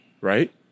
right